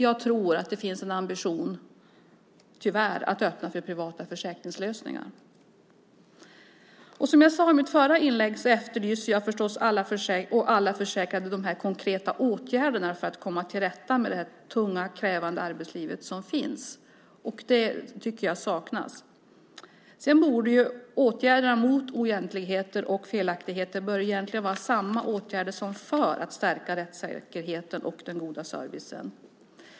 Jag tror att det finns en ambition, tyvärr, att öppna för privata försäkringslösningar. Som jag sade i mitt förra inlägg efterlyser jag och alla försäkrade de konkreta åtgärderna för att komma till rätta med det tunga krävande arbetsliv som finns. Det tycker jag saknas. Sedan borde åtgärderna mot oegentligheter och felaktigheter egentligen vara samma åtgärder som för att stärka rättssäkerheten och den goda servicen.